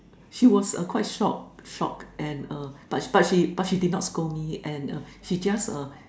she was uh quite shocked shocked and err but she but she but she did not scold me and err she just err